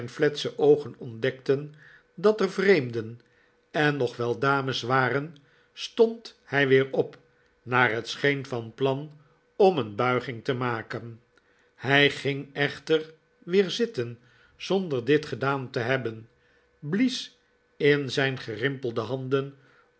fletse oogen ontdekten dat er vreemden en nog wel dames warfen stond hij weer op naar het scheen van plan om een buiging te maken hij ging echter weer zitten zonder dit gedaan te hebben blies in zijn gerimpelde handen